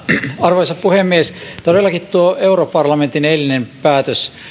arvoisa puhemies todellakin tuo europarlamentin eilinen päätös